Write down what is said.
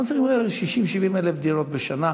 אנחנו צריכים 60,000 70,000 דירות בשנה,